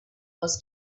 was